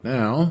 now